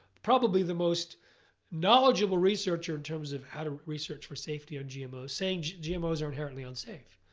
probably, the most knowledgeable researcher in terms of how to research for safety on gmo saying gmos are inherently unsafe.